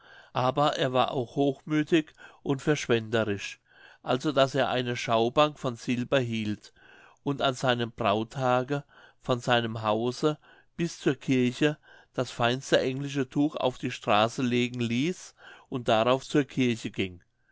aber er war auch hochmüthig und verschwenderisch also daß er eine schaubank von silber hielt und an seinem brauttage von seinem hause bis zur kirche das feinste englische tuch auf die straße legen ließ und darauf zur kirche ging